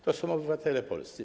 To są obywatele polscy.